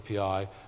API